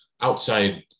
outside